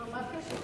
מה הקשר?